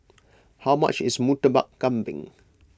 how much is Murtabak Kambing